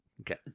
Okay